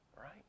Right